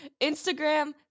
Instagram